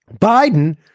Biden